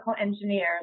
engineers